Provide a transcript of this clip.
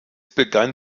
begann